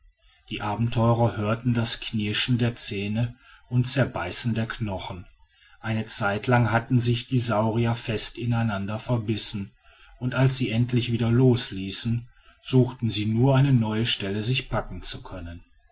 die abenteurer hörten das knirschen der zähne und zerbeißen der knochen eine zeitlang hatten sich die saurier fest ineinander verbissen und als sie endlich wieder los ließen suchten sie nur eine neue stelle sich packen zu können